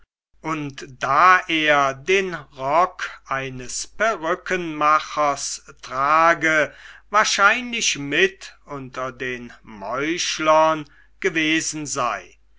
und da er den rock eines perückenmachers trage wahrscheinlich mit unter den meuchlern gewesen sei